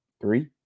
Three